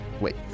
wait